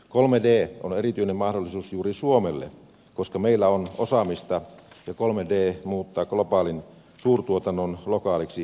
kolme tee on erityinen mahdollisuus juuri suomelle koska meillä on osaamista ja kolmed ei muuta globaalin suurtuotannon lokaaliksi